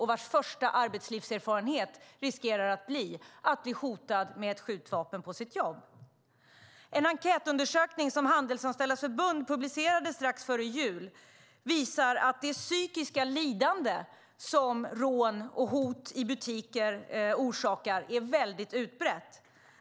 Risken är därför att deras första arbetslivserfarenhet är att bli hotad med ett skjutvapen på jobbet. En enkätundersökning som Handelsanställdas förbund publicerade strax före jul visar att det psykiska lidande som rån och hot i butiker orsakar är mycket utbrett.